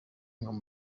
muri